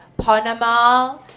Panama